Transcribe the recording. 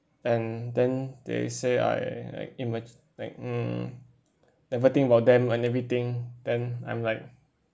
and then they say I like imma~ like mm never think about them and everything then I'm like